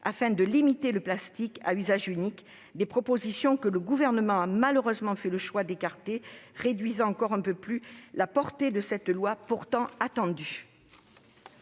pour limiter le plastique à usage unique, que le Gouvernement a malheureusement fait le choix d'écarter, réduisant encore un peu plus la portée d'un texte pourtant attendu.